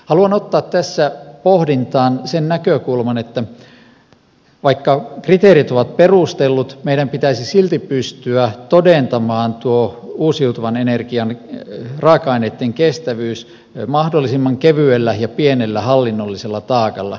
haluan ottaa tässä pohdintaan sen näkökulman että vaikka kriteerit ovat perustellut meidän pitäisi silti pystyä todentamaan tuo uusiutuvan energian raaka aineitten kestävyys mahdollisimman kevyellä ja pienellä hallinnollisella taakalla